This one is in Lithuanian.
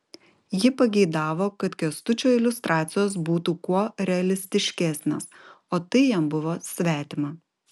ji pageidavo kad kęstučio iliustracijos būtų kuo realistiškesnės o tai jam buvo svetima